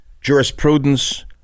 jurisprudence